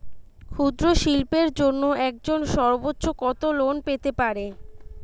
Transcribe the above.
ক্ষুদ্রশিল্পের জন্য একজন সর্বোচ্চ কত লোন পেতে পারে?